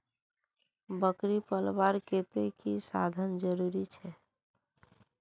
बकरी पलवार केते की की साधन जरूरी छे?